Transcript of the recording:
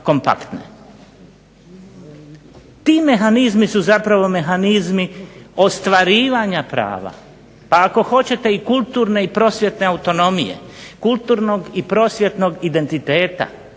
Ti mehanizmi su zapravo mehanizmi ostvarivanja prava, ako hoćete kulturne i prosvjetne autonomije, kulturnog i prosvjetnog identiteta,